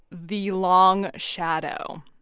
the long shadow.